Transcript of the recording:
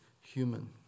human